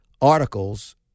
Articles